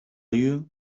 you